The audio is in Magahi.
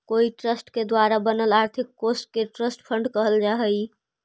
कोई ट्रस्ट के द्वारा बनल आर्थिक कोश के ट्रस्ट फंड कहल जा हई